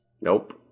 nope